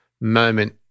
moment